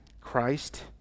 Christ